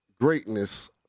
greatness